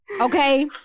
okay